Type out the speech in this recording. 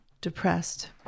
depressed